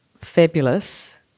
fabulous